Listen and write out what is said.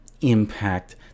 impact